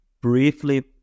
briefly